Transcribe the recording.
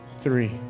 three